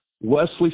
Wesley